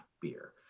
beer